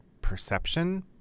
perception